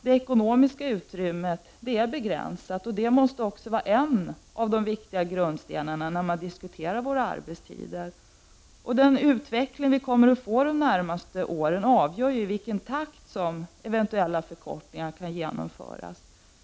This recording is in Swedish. Det ekonomiska utrymmet är emellertid begränsat och måste finnas med i diskussionen om våra arbetstider. Utvecklingen under de närmaste åren avgör ju i vilken takt eventuella förkortningar kan genomföras.